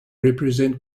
represent